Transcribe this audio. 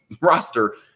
roster